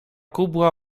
kubwa